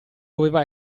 doveva